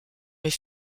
mais